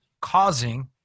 causing